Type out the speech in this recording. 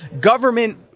government